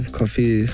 coffee